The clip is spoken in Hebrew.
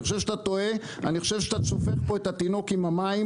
אני חושב שאתה שופך פה את התינוק עם המים,